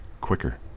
quicker